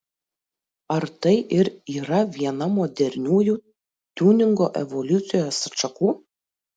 ar tai ir yra viena moderniųjų tiuningo evoliucijos atšakų